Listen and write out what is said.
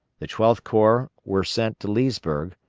the twelfth corps were sent to leesburg,